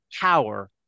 power